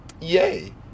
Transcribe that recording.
yay